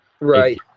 Right